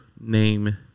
name